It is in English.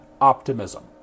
optimism